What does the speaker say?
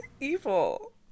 Evil